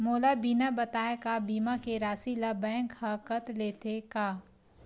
मोला बिना बताय का बीमा के राशि ला बैंक हा कत लेते का?